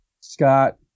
Scott